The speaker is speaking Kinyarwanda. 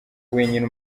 wenyine